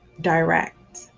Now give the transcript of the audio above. direct